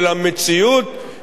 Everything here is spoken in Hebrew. של המצב החברתי,